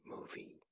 movie